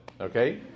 okay